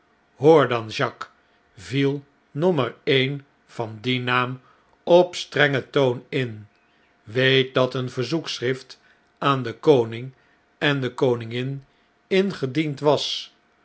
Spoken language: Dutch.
dan jacques viel nommer ee'nvan dien naam op strengen toon in weetdateen verzoekschrift aan den koning en de koningin ingediend was